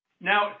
Now